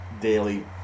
daily